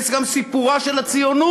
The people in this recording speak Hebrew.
זה גם סיפורה של הציונות,